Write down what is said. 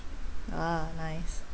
ah nice